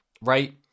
right